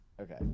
Okay